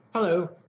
Hello